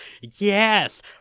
Yes